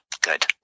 good